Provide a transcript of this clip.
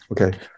Okay